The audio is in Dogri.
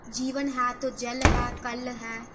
जीवन ऐ तो जल ऐ कल ऐ